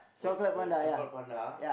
oh oh chocolate panda